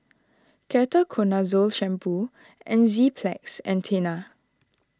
Ketoconazole Shampoo Enzyplex and Tena